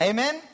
Amen